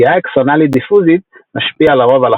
פגיעה אקסונאלית דיפוזית משפיע לרוב על